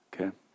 okay